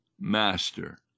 master